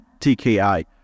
TKI